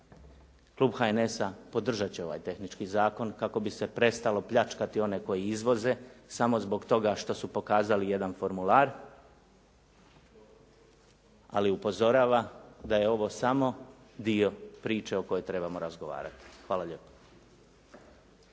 Klub HNS-a podržat će ovaj tehnički zakon kako bi se prestalo pljačkati one koji izvoze, samo zbog toga što su pokazali jedan formular. Ali upozorava da je ovo samo dio priče o kojoj trebamo razgovarati. Hvala lijepo.